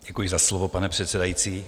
Děkuji za slovo, pane předsedající.